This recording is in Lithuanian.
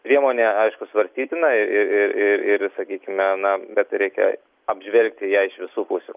priemonė aišku svarstytina irir ir sakykime na bet reikia apžvelgti ją iš visų pusių